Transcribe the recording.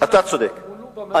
אתה צודק,